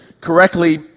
correctly